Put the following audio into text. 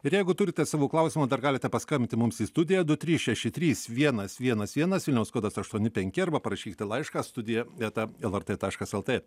ir jeigu turite savų klausimų dar galite paskambinti mums į studiją du trys šeši trys vienas vienas vienas vilniaus kodas aštuoni penki arba parašykite laišką studija eta lrt taškas lt